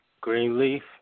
Greenleaf